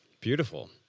Beautiful